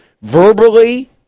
verbally